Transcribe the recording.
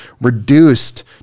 reduced